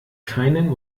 keinen